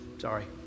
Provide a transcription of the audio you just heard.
Sorry